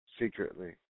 secretly